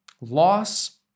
loss